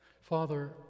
Father